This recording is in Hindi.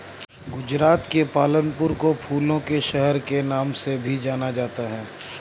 गुजरात के पालनपुर को फूलों के शहर के नाम से भी जाना जाता है